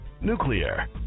nuclear